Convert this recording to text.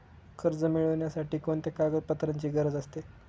कर्ज मिळविण्यासाठी कोणत्या कागदपत्रांची गरज असते?